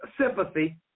sympathy